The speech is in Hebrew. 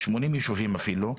80 ישובים אפילו,